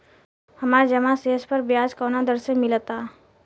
हमार जमा शेष पर ब्याज कवना दर से मिल ता?